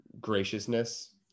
graciousness